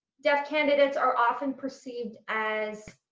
deaf candidates are often perceived as